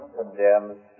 condemns